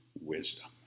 wisdom